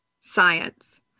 science